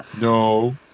No